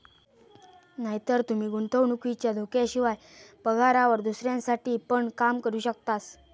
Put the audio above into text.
नायतर तूमी गुंतवणुकीच्या धोक्याशिवाय, पगारावर दुसऱ्यांसाठी पण काम करू शकतास